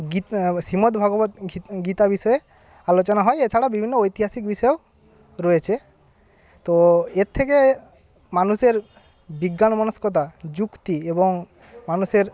গীতা শ্রীমদভগবৎ গীতা বিষয়ে আলোচনা হয় এছাড়া বিভিন্ন ঐতিহাসিক বিষয়ও রয়েছে তো এর থেকে মানুষের বিজ্ঞান মনস্কতা যুক্তি এবং মানুষের